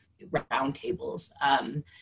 roundtables